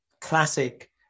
classic